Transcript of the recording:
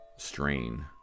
strain